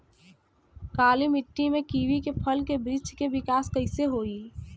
काली मिट्टी में कीवी के फल के बृछ के विकास कइसे होई?